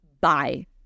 bye